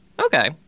Okay